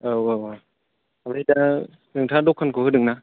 औ औ ओमफ्राय दा नोंथाङा दखानखौ होदों ना